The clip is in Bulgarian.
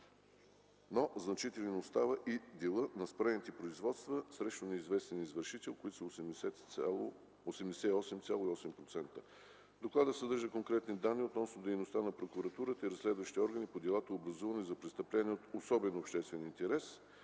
но значителен остава и делът на спрените производства срещу неизвестен извършител, които са 88,8%. Докладът съдържа конкретни данни относно дейността на прокуратурата и разследващите органи по делата, образувани за престъпления от особен обществен интерес